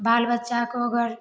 बाल बच्चा को अगर